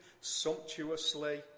sumptuously